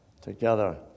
Together